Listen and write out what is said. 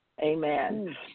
Amen